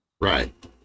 Right